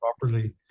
properly